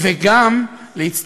ועוד 500,